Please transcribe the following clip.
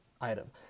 item